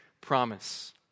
promise